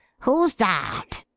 who's that?